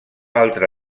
altre